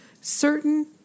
Certain